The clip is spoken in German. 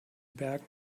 bergen